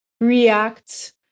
react